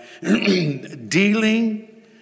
dealing